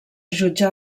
jutjar